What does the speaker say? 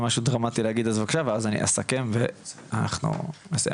משהו דרמטי להגיד אז בבקשה ואז אני אסכם ואנחנו נסיים,